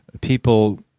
people